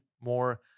more